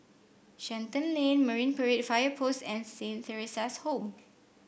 Shenton Lane Marine Parade Fire Post and Saint Theresa's Home